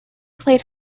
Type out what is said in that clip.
played